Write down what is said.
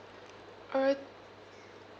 er